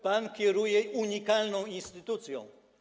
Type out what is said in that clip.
Pan kieruje unikalną instytucją.